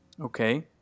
Okay